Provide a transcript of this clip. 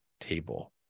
table